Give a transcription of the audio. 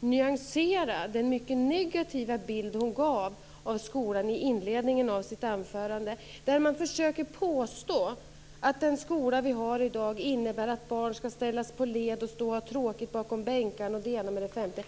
nyansera den mycket negativa bild hon gav av skolan i inledningen av sitt anförande där hon försökte påstå att den skola som vi har i dag innebär att barn skall ställas på led och stå och ha tråkigt bakom bänkarna och det ena med det femte.